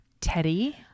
Teddy